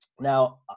Now